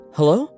Hello